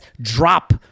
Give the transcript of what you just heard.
drop